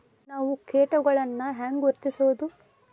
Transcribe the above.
ನಾವ್ ಕೇಟಗೊಳ್ನ ಹ್ಯಾಂಗ್ ಗುರುತಿಸೋದು?